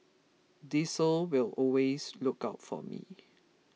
diesel will always look out for me